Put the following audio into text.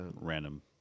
random